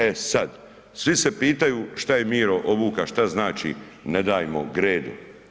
E sad, svi se pitaju šta je Miro obuka, šta znači „Ne dajmo Gredu“